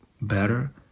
better